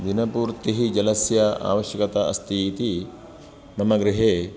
दिनपूर्त्तिः जलस्य आवश्यकता अस्ति इति मम गृहे